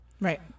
Right